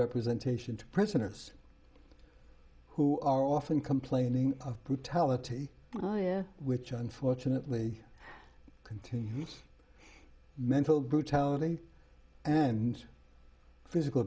representation to prisoners who are often complaining of brutality which i unfortunately continues mental brutality and physical